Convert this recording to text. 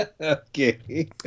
Okay